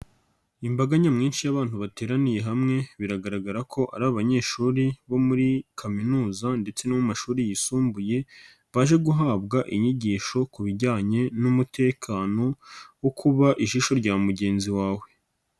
Imbaga nyamwinshi y'abantu bateraniye hamwe biragaragara ko ari abanyeshuri bo muri kaminuza ndetse no mu mashuri yisumbuye baje guhabwa inyigisho ku bijyanye n'umutekano wo kuba ijisho rya mugenzi wawe.